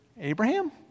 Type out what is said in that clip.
Abraham